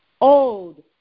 old